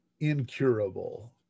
incurable